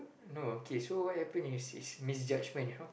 no okay so what happen is is misjudgement you know